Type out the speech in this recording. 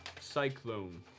cyclone